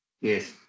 Yes